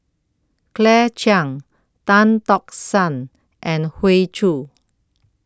Claire Chiang Tan Tock San and Hoey Choo